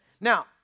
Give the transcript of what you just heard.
Now